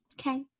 Okay